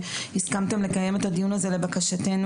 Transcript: שהסכמתם לקיים את הדיון הזה לבקשתנו.